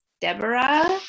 Deborah